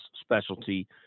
specialty